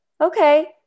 Okay